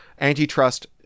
antitrust